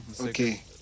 Okay